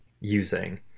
using